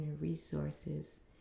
resources